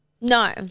No